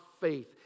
faith